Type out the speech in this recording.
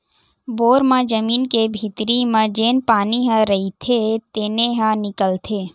bore म जमीन के भीतरी म जेन पानी ह रईथे तेने ह निकलथे